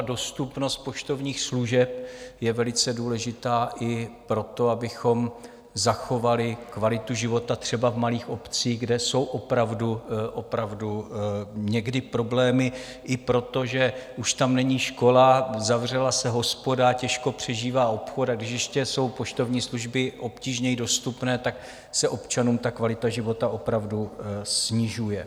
Dostupnost poštovních služeb je velice důležitá i pro to, abychom zachovali kvalitu života třeba v malých obcích, kde jsou opravdu někdy problémy, i proto, že tam není škola, zavřela se hospoda, těžko přežívá obchod, a když ještě jsou poštovní služby obtížněji dostupné, tak se občanům kvalita života opravdu snižuje.